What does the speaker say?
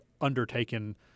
undertaken